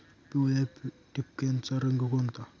पिवळ्या ठिपक्याचा रोग कोणता?